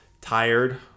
tired